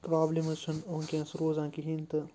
problems چھِنہٕ وٕنۍکٮ۪نَس روزان کِہیٖنۍ تہٕ